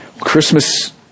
Christmas